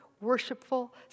worshipful